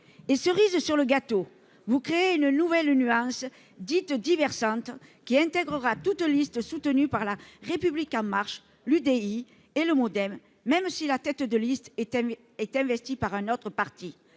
! Cerise sur le gâteau, vous créez une nouvelle nuance, dite « divers centre », qui intégrera toute liste soutenue par La République En Marche, l'UDI et le Modem, même si la tête de liste est investie par un autre parti.